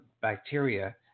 bacteria